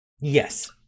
Yes